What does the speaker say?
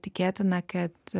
tikėtina kad